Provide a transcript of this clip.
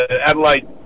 Adelaide